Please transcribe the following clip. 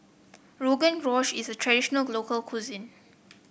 Rogan Josh is a traditional local cuisine